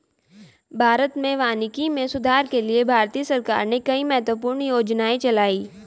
भारत में वानिकी में सुधार के लिए भारतीय सरकार ने कई महत्वपूर्ण योजनाएं चलाई